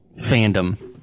fandom